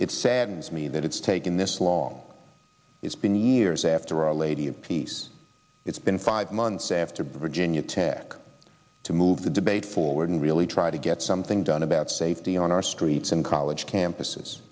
it saddens me that it's taken this long it's been years after our lady of peace it's been five months after virginia tech to move the debate forward and really try to get something done about safety on our streets and college campuses